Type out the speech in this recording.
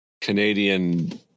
Canadian